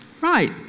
right